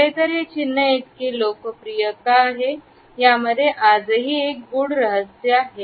खरे तर हे चिन्ह इतके लोकप्रिय का आहे यामध्ये आजही एक गूढ रहस्य आहे